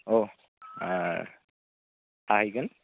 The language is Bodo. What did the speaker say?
अ हागोन